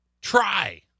Try